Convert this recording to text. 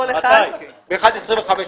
בשעה 13:25 מצביעים.